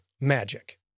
magic